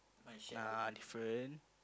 uh different